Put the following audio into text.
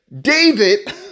David